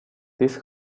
this